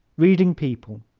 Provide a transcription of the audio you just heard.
reading people